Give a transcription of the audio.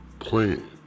plan